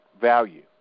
value